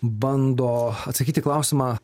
bando atsakyti į klausimą